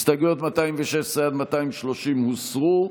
הסתייגויות 216 עד 230 הוסרו.